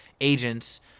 agents –